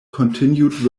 continued